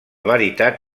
veritat